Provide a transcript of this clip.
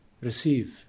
receive